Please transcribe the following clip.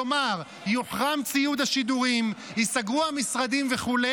כלומר, יוחרם ציוד השידורים, ייסגרו המשרדים וכו',